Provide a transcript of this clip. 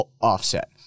offset